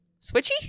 switchy